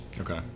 Okay